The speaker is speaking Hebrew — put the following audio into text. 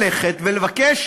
ללכת ולבקש